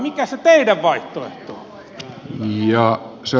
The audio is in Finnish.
mikä se teidän vaihtoehtonne on